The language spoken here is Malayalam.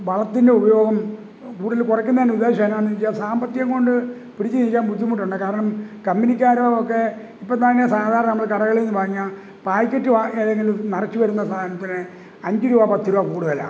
വളത്തിൻ്റെ ഉപയോഗം കൂടുതല് കുറയ്ക്കുന്നതിന്രെ ഉദ്ദേശമെന്താണെന്നു വച്ചാല് സാമ്പത്തികംകൊണ്ട് പിടിച്ചുനിൽക്കാൻ ബുദ്ധിമുട്ടുണ്ട് കാരണം കമ്പനിക്കാരോടൊക്കെ ഇപ്പത്താങ്കെ സാധാരണ നമ്മള് കടകളീന്ന് വാങ്ങിയ പായ്ക്കറ്റ് വാങ്ങി അല്ലെങ്കില് നിറച്ചു വരുന്ന സാധനത്തിന് അഞ്ച് രൂപ പത്തു രൂപ കൂടുതലാണ്